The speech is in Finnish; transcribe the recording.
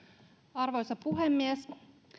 arvoisa puhemies